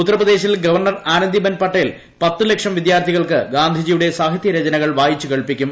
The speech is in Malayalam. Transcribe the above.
ഉത്തർപ്രദേശിൽ ഗവർണർ ആനന്ദി ബെൻ പട്ടേൽ പത്തു ലക്ഷം വിദ്യാർത്ഥികൾക്ക് ഗാന്ധിജിയ്യൂട്ട്ട് സാഹിത്യ രചനകൾ വായിച്ചു കേൾപ്പിക്കും